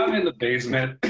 in the basement.